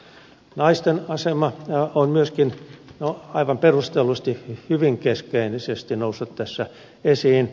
naisten asema on myöskin aivan perustellusti hyvin keskeisesti noussut tässä esiin